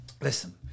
listen